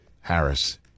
Harris